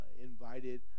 invited